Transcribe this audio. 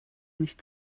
nicht